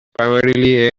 primarily